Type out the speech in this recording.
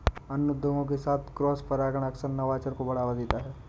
अन्य उद्योगों के साथ क्रॉसपरागण अक्सर नवाचार को बढ़ावा देता है